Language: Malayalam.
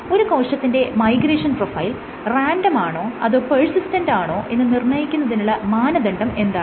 ഒരു കോശത്തിന്റെ മൈഗ്രേഷൻ പ്രൊഫൈൽ റാൻഡമാണോ അതോ പെർസിസ്റ്റന്റാണോ എന്ന് നിർണ്ണയിക്കുന്നതിനുള്ള മാനദണ്ഡം എന്താണ്